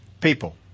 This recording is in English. People